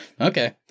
okay